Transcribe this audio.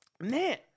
man